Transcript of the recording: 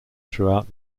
throughout